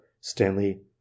Stanley